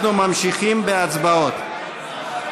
אנחנו ממשיכים בהצבעות.